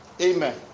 Amen